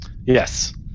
Yes